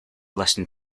listen